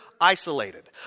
isolated